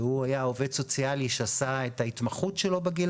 שהוא היה עובד סוציאלי שעשה את ההתמחות שלו בגיל